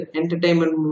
entertainment